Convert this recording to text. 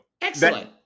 Excellent